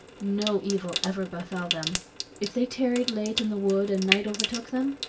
no evil ever befell them if they tarried late in the wood and night overtook them,